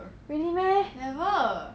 really meh